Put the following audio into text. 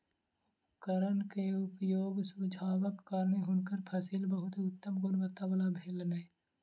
उपकरण के उपयोगक सुझावक कारणेँ हुनकर फसिल बहुत उत्तम गुणवत्ता वला भेलैन